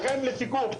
לכן לסיכום,